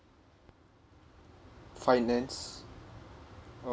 finance f~